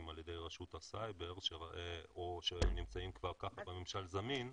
על ידי רשות הסייבר או שנמצאים תחת ממשל זמין.